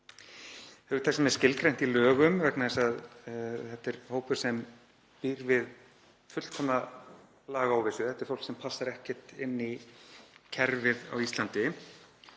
þetta er fólk sem passar ekkert inn í kerfið á Íslandi